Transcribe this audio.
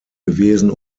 gewesen